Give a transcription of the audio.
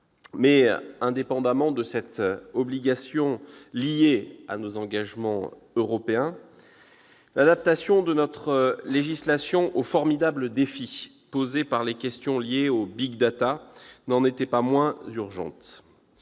indépendamment de cette obligation liée à nos engagements européens, l'adaptation de notre législation au formidable défi soulevé par les questions liées aux n'en était pas moins urgente.